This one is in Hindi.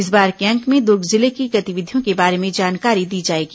इस बार के अंक में दुर्ग जिले की गतिविधियों के बारे में जानकारी दी जाएगी